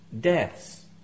deaths